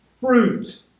fruit